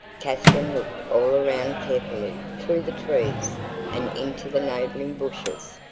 katherine looked all around carefully through the trees and into the neighboring bushes.